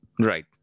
Right